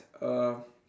uh